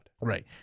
right